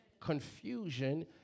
Confusion